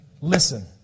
listen